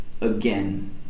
again